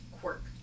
quirk